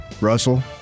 Russell